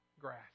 grass